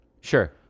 Sure